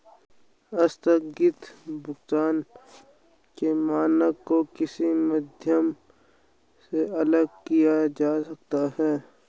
आस्थगित भुगतान के मानक को किस माध्यम से अलग किया जा सकता है?